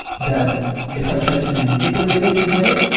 that if i tried to manipulate it to get it,